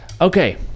Okay